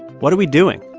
what are we doing?